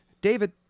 David